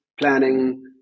planning